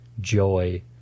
joy